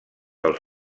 del